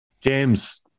James